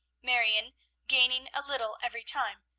marion gaining a little every time,